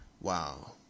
Wow